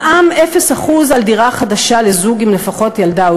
מע"מ 0% על דירה חדשה לזוג עם לפחות ילדה או